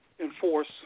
enforce